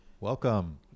Welcome